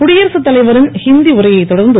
குடியரகத் தலைவரின் ஹிந்தி உரையைத் தொடர்ந்து